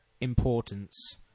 importance